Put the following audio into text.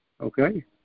okay